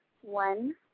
one